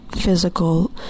physical